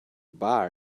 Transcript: bar